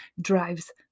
drives